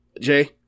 Jay